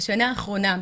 בשנה האחרונה,